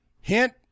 Hint